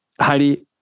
Heidi